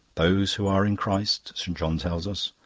those who are in christ, st. john tells us,